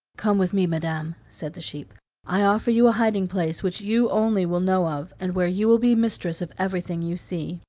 come with me, madam, said the sheep i offer you a hiding-place which you only will know of, and where you will be mistress of everything you see.